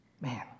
Man